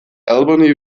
albany